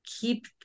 keep